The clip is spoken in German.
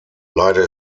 leider